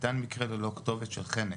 ניתן מקרה ללא כתובת של חנק,